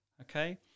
Okay